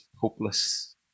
hopeless